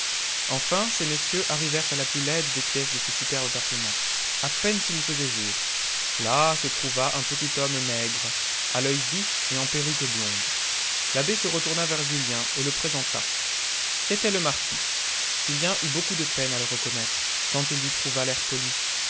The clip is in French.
enfin ces messieurs arrivèrent à la plus laide des pièces de ce superbe appartement à peine s'il y faisait jour là se trouva un petit homme maigre à l'oeil vif et en perruque blonde l'abbé se retourna vers julien et le présenta c'était le marquis julien eut beaucoup de peine à le reconnaître tant il lui trouva l'air poli